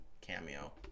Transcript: cameo